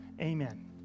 Amen